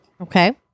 Okay